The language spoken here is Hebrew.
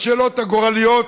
בשאלות הגורליות,